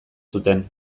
zuten